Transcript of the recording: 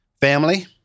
Family